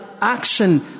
action